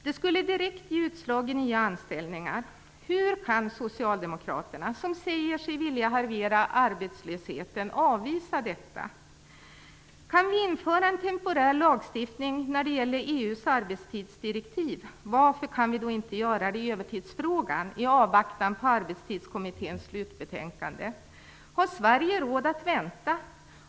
Det skulle direkt ge utslag i nya anställningar. Hur kan socialdemokraterna, som säger sig vilja halvera arbetslösheten, avvisa detta? Kan vi införa en temporär lagstiftning när det gäller EU:s arbetstidsdirektiv, varför kan vi då inte göra det i övertidsfrågan i avvaktan på Arbetstidskommitténs slutbetänkande? Har Sverige råd att vänta?